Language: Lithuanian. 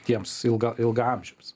tiems ilga ilgaamžiams